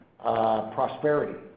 prosperity